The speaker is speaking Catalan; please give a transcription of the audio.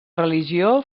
religió